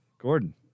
Gordon